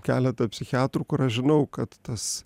keletą psichiatrų kur aš žinau kad tas